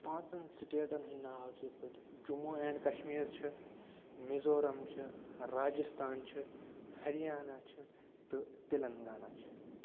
پانٛژن سِٹیٹن ہِنٛدۍ ناو چھِ یِتھ پٲٹھۍ جموں اینٛڈ کشمیٖر چھِ میٖزورم چھِ راجستان چھِ ہریانا چھِ تہٕ تِلنٛگانا چھِ